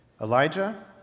Elijah